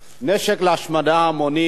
נשק להשמדה המונית